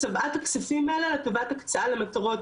שממש צבעה את הכספים האלה לטובת הקצאה למטרות